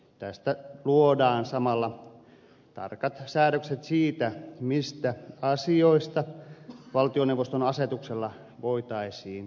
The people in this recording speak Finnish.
tässä luodaan samalla tarkat säädökset siitä mistä asioista valtioneuvoston asetuksella voitaisiin säätää